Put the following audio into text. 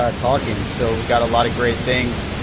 ah talking so we got a lot of great things,